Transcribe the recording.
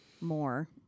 more